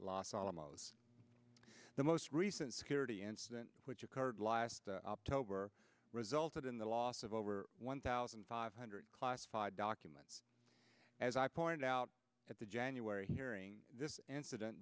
los alamos the most recent security incident which occurred last tobar resulted in the loss of over one thousand five hundred classified documents as i point out at the january hearing this incident